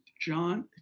John